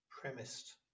premised